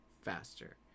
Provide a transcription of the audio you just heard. faster